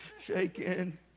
shaking